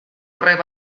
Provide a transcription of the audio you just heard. horrek